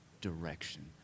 direction